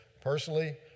personally